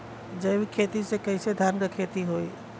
जैविक खेती से कईसे धान क खेती होई?